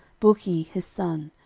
bukki his son,